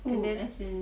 who as in